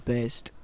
Best